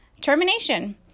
termination